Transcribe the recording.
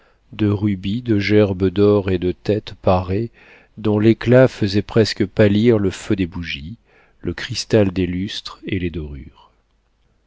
de rubis de gerbes d'or et de têtes parées dont l'éclat faisait presque pâlir le feu des bougies le cristal des lustres et les dorures